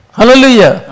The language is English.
Hallelujah